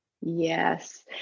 Yes